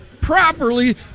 properly